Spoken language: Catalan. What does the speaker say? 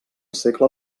segle